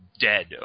dead